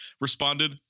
responded